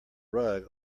rug